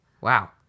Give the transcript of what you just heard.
Wow